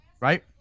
right